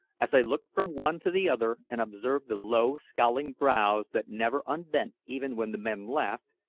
as i looked from one to the other, and observed the low, scowling brows that never unbent even when the men laughed,